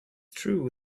true